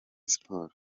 sports